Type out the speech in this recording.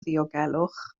ddiogelwch